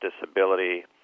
disability